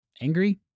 angry